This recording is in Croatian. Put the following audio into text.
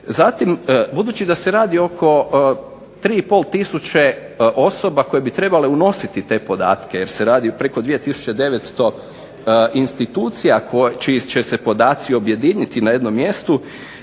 Budući da se radi oko 3,5 tisuće osoba koje bi trebale unositi te podatke jer se radi preko 2 tisuće 900 institucija čiji će se podaci objediniti na jednom mjestu.